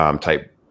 type